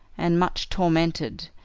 and much tormented,